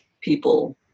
people